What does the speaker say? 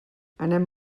anem